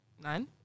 Nine